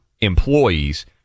employees